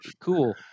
cool